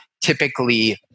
typically